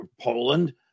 Poland